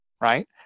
right